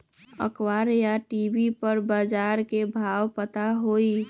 अखबार या टी.वी पर बजार के भाव पता होई?